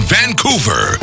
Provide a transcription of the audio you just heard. Vancouver